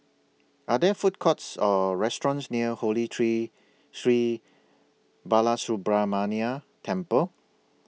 Are There Food Courts Or restaurants near Holy Tree Sri Balasubramaniar Temple